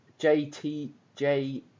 JTJ